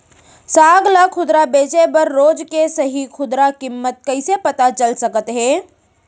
साग ला खुदरा बेचे बर रोज के सही खुदरा किम्मत कइसे पता चल सकत हे?